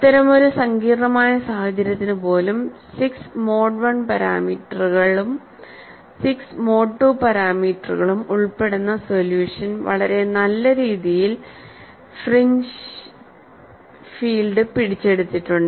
അത്തരമൊരു സങ്കീർണ്ണമായ സാഹചര്യത്തിന് പോലും 6 മോഡ് I പാരാമീറ്ററുകളും 6 മോഡ് II പാരാമീറ്ററുകളും ഉൾപ്പെടുന്ന സൊല്യൂഷൻ വളരെ നല്ല രീതിയിൽ ഫ്രിഞ്ച് ഫീൽഡ് പിടിച്ചെടുത്തിട്ടുണ്ട്